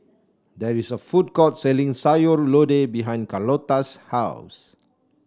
there is a food court selling Sayur Lodeh behind Carlotta's house